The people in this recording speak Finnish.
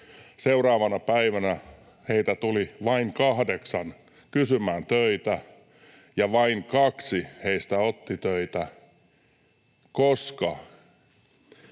Seuraavana päivänä heitä tuli vain kahdeksan kysymään töitä, ja vain kaksi heistä otti töitä, koska